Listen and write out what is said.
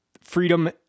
freedom